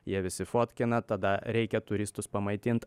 jie visi fotkina tada reikia turistus pamaitint